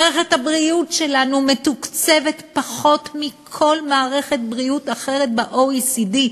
מערכת הבריאות שלנו מתוקצבת פחות מכל מערכת בריאות אחרת במדינות ה-OECD,